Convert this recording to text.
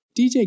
DJ